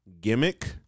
gimmick